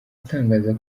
atangaza